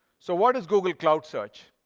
so what is google cloud search?